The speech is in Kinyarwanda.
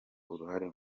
uruhare